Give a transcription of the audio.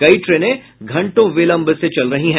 कई ट्रेने घंटों विलंब से चल रही है